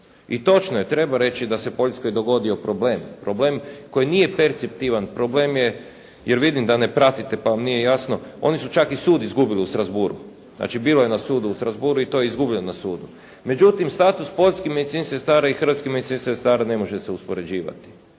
I točno je, treba reći da se Poljskoj dogodio problem, problem koji nije perciptivan, problem je, jer vidim da ne pratite pa vam nije jasno. Oni su čak i sud izgubili u Strasbourgu. Znači bilo je na sudu u Strasbourgu i to je izgubljeno na sudu. Međutim status poljskih medicinskih sestara i hrvatskih medicinskih sestara ne može se uspoređivati.